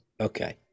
okay